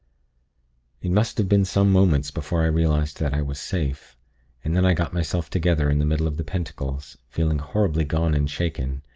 it must have been some moments before i realized that i was safe and then i got myself together in the middle of the pentacles, feeling horribly gone and shaken,